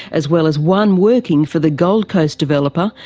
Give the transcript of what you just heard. as well as one working for the gold coast developer,